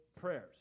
prayers